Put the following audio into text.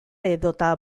edota